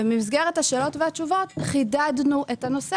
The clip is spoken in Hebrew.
ובמסגרת השאלות ותשובות חידדנו את הנושא